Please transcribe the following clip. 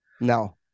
No